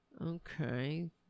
Okay